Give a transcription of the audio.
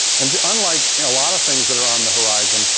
and unlike a lot of things that are on the horizon,